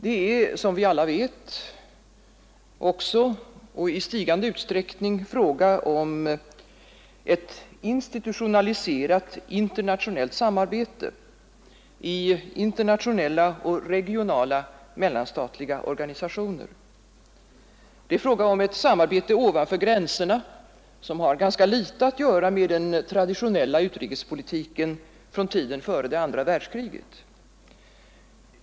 Det är, som vi alla vet, också — och i stigande utsträckning — fråga om ett institutionaliserat internationellt samarbete i internationella och regionala mellanstatliga organisationer. Det är fråga om ett samarbete ovanför gränserna, vilket har ganska litet att göra med den traditionella utrikespolitiken från tiden före det andra världskriget.